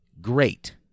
great